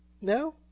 No